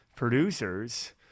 producers